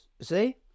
see